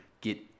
get